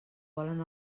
volen